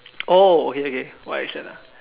oh okay okay not action ah